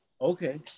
Okay